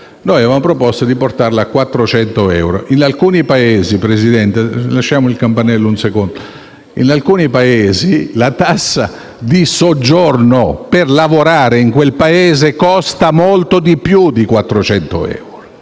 noi avevamo proposto di portarla a 400 euro. In alcuni Paesi, Presidente, la tassa di soggiorno per lavorare in quel Paese costa molto più di 400 euro